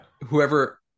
Whoever